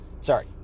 Sorry